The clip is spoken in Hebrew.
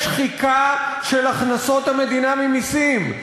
יש שחיקה של הכנסות המדינה ממסים.